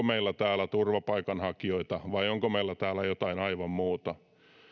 meillä täällä turvapaikanhakijoita vai onko meillä täällä jotain aivan muuta